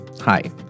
Hi